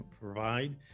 provide